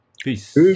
Peace